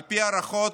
על פי ההערכות,